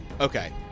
Okay